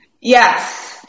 Yes